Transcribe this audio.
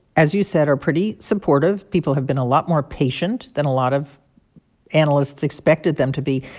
as you said, are pretty supportive. people have been a lot more patient than a lot of analysts expected them to be.